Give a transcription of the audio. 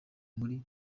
muri